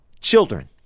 children